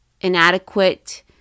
inadequate